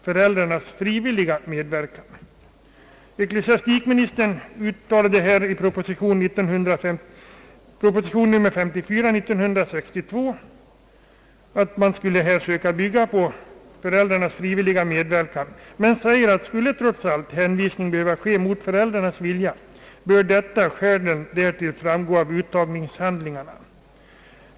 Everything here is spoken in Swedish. Föräldrarnas frivilliga medverkan är väsentlig då det gäller elever som skall gå i hjälpklass. Ecklesiastikministern uttalade i proposition nr 54/1962 att man skulle söka bygga på föräldrarnas frivilliga medverkan i dessa sammanhang, men han tillade att om trots allt hänvisning skulle behöva ske mot föräldrarnas vilja bör skälen därtill framgå av uttagningshandlingarna.